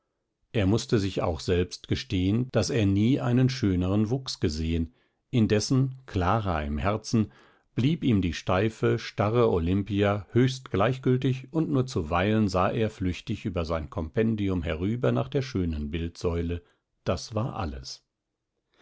er mußte sich auch selbst gestehen daß er nie einen schöneren wuchs gesehen indessen clara im herzen blieb ihm die steife starre olimpia höchst gleichgültig und nur zuweilen sah er flüchtig über sein kompendium herüber nach der schönen bildsäule das war alles